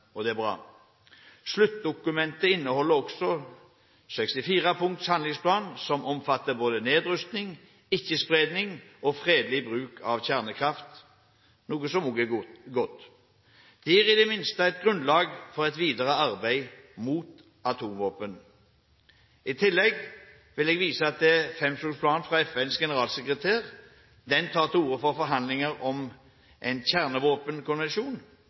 og det er bra. Sluttdokumentet inneholder også en handlingsplan på 64 punkter som omfatter både nedrustning, ikke-spredning og fredelig bruk av kjernekraft, noe som også er godt. Det gir i det minste et grunnlag for et videre arbeid mot atomvåpen. I tillegg vil jeg vise til fempunktsplanen fra FNs generalsekretær. Den tar til orde for forhandlinger om en